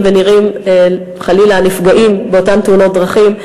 נראים וחלילה הנפגעים נראים באותן תאונות דרכים,